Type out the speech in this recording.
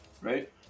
right